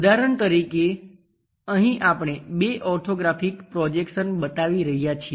ઉદાહરણ તરીકે અહીં આપણે બે ઓર્થોગ્રાફિક પ્રોજેક્શન્સ બતાવી રહ્યા છીએ